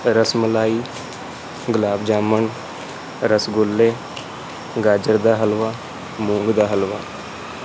ਰਸਮਲਾਈ ਗੁਲਾਬ ਜਾਮਨ ਰਸਗੁੱਲੇ ਗਾਜਰ ਦਾ ਹਲਵਾ ਮੂੰਗ ਦਾ ਹਲਵਾ